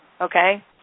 Okay